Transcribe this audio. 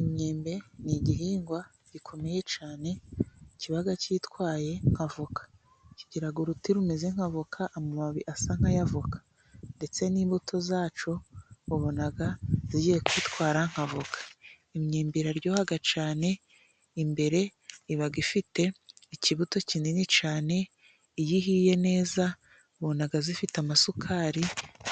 Imyembe ni igihingwa gikomeye cyane kiba cyitwaye nk'avoka. Kigira uruti rumeze nk'avoka. Amababi asa nk'ayavoka ndetse n'imbuto zacyo wabona zigiye kwitwara nk'avoka. Imyembe iraryoha cyane. Imbere iba ifite ikibuto kinini cyane. Iyo ihiye neza ubona ifite amasukari